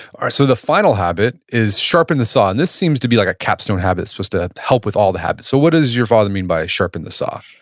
ah so the final habit is, sharpen the saw. and this seems to be like a capstone habit. it's supposed to help with all the habits. so what does your father mean by sharpen the saw?